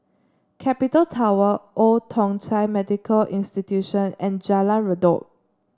Capital Tower Old Thong Chai Medical Institution and Jalan Redop